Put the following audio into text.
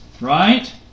right